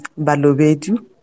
Balobedu